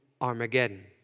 Armageddon